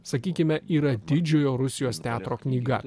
sakykime yra didžiojo rusijos teatro knyga